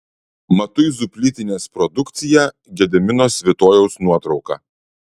matuizų plytinės produkcija gedimino svitojaus nuotrauka